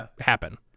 happen